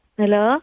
Hello